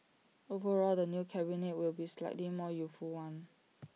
overall the new cabinet will be A slightly more youthful one